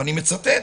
ואני מצטט: